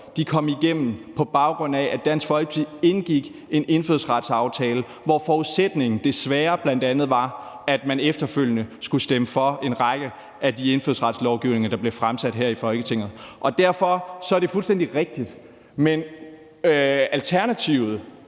kom igennem, på baggrund af at Dansk Folkeparti indgik en indfødsretsaftale, hvor forudsætningen desværre bl.a. var, at man efterfølgende skulle stemme for en række af de indfødsretslovgivninger, der blev fremsat her i Folketinget. Derfor er det fuldstændig rigtigt. Men alternativet